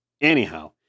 Anyhow